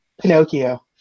Pinocchio